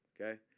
okay